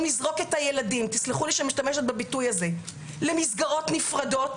'לזרוק את הילדים' - תסלחו לי שאני משתמשת בביטוי הזה - למסגרות נפרדות,